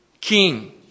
king